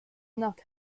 not